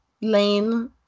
lane